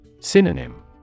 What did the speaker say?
Synonym